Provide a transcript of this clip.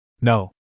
No